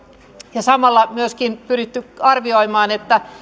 ja samalla myöskin pyritty arvioimaan